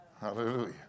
Hallelujah